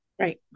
Right